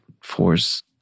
force